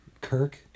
Kirk